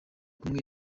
kumwe